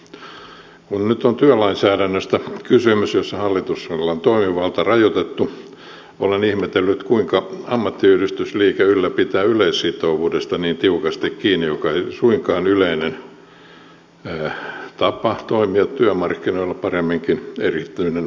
kun nyt on kysymys työlainsäädännöstä jossa hallituksella on toimivalta rajoitettu olen ihmetellyt kuinka ammattiyhdistysliike pitää niin tiukasti kiinni yleissitovuudesta joka ei suinkaan ole yleinen tapa toimia työmarkkinoilla paremminkin erityinen poikkeama